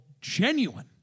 genuine